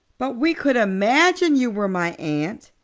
but we could imagine you were my aunt.